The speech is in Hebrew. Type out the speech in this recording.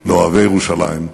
לאוהבי ירושלים,